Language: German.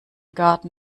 garten